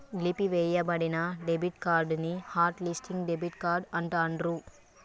నిలిపివేయబడిన debit card ని hot listing debit card అంటాండ్రు